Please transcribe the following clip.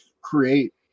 create